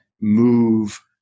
move